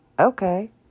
Okay